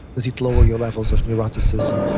does it lower your levels of neuroticism?